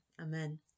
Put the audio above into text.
Amen